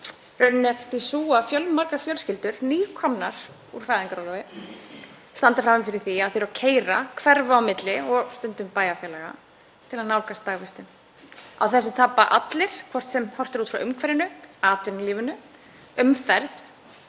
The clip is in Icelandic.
Raunin er því sú að fjölmargar fjölskyldur, nýkomnar úr fæðingarorlofi, standa frammi fyrir því að þurfa að keyra hverfa á milli og stundum bæjarfélaga til að nálgast dagvistun. Á þessu tapa allir, hvort sem horft er út frá umhverfinu, atvinnulífinu, umferð,